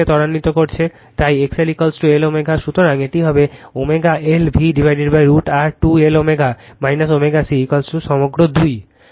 সুতরাং এটি হবে ω L V√R 2 Lω ω C সমগ্র 2